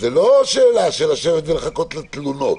זה לא שאלה של לשבת ולחכות לתלונות.